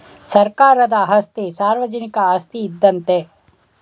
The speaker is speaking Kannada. ಸರ್ಕಾರದ ಆಸ್ತಿ ಸಾರ್ವಜನಿಕ ಆಸ್ತಿ ಇದ್ದಂತೆ